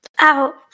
Out